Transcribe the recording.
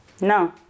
no